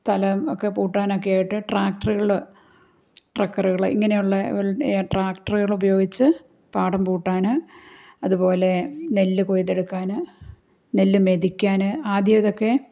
സ്ഥലം ഒക്കെ പൂട്ടാനൊക്കെ ആയിട്ട് ട്രാക്ടറുകൾ ട്രക്കറുകൾ ഇങ്ങനെയുള്ള ട്രാക്ടറുകൾ ഉപയോഗിച്ച് പാടം പൂട്ടാൻ അതുപോലെ നെല്ല് കൊയ്തെടുക്കാൻ നെല്ലു മെതിക്കാൻ ആദ്യം ഇതൊക്കെ